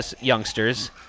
youngsters